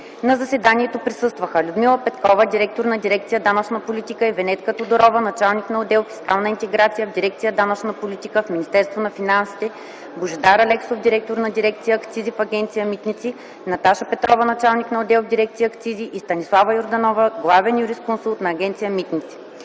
На заседанието присъстваха: Людмила Петкова – директор на дирекция „Данъчна политика”, и Венетка Тодорова – началник на отдел „Фискална интеграция” в дирекция „Данъчна политика” в Министерство на финансите, Божидар Алексов – директор на дирекция „Акцизи” в Агенция „Митници”, Наташа Петрова – началник на отдел в дирекция „Акцизи” и Станислава Йорданова – главeн юрисконсулт в Агенция „Митници”.